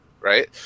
Right